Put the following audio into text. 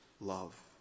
love